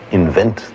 invent